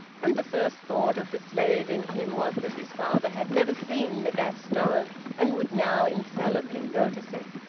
and the first thought of the slave in him was that his father had never seen the gas-stove and would now infallibly notice it.